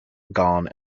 gone